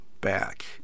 back